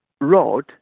rod